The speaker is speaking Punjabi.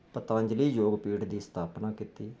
ਪੰਤਜਲੀ ਯੋਗ ਪੀੜ ਦੀ ਸਥਾਪਨਾ ਕੀਤੀ